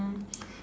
mm